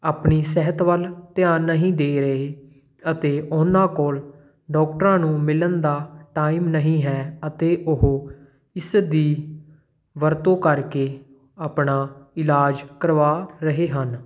ਆਪਣੀ ਸਿਹਤ ਵੱਲ ਧਿਆਨ ਨਹੀਂ ਦੇ ਰਹੇ ਅਤੇ ਉਹਨਾਂ ਕੋਲ ਡੋਕਟਰਾਂ ਨੂੰ ਮਿਲਣ ਦਾ ਟਾਈਮ ਨਹੀਂ ਹੈ ਅਤੇ ਉਹ ਇਸ ਦੀ ਵਰਤੋਂ ਕਰਕੇ ਆਪਣਾ ਇਲਾਜ ਕਰਵਾ ਰਹੇ ਹਨ